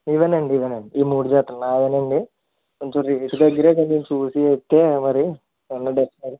ఇవేనండి ఇవేనండి ఈ మూడు జతలు నావేనండి కొంచెం రేట్ దగ్గర కొంచెం చూసి వేస్తే మరి ఏమన్నా డిస్కౌంట్